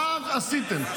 מה עשיתם?